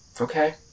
Okay